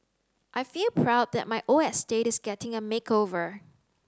I feel proud that my old estate is getting a makeover